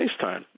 FaceTime